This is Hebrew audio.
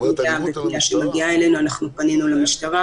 היא אומרת אלימות על המשטרה.